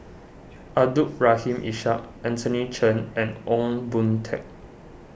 Abdul Rahim Ishak Anthony Chen and Ong Boon Tat